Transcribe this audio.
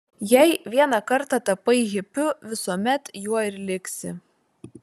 jei vieną kartą tapai hipiu visuomet juo ir liksi